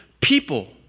people